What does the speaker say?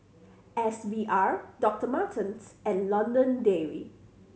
S V R Doctor Martens and London Dairy